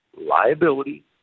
Liability